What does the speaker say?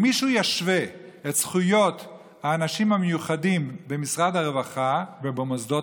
אם מישהו ישווה את זכויות האנשים המיוחדים במשרד הרווחה ובמוסדות